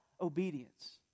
obedience